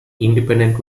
independent